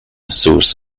source